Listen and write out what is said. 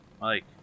Mike